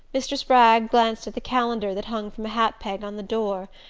mr. spragg glanced at the calendar that hung from a hat-peg on the door.